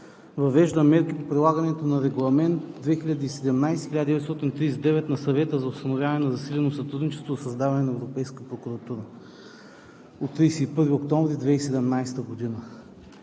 въвежда мерките по прилагането на Регламент 2017/1939 на Съвета за установяване на засилено сътрудничество за създаване на Европейска прокуратура от 31 октомври 2017 г.